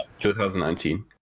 2019